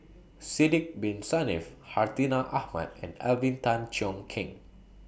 Sidek Bin Saniff Hartinah Ahmad and Alvin Tan Cheong Kheng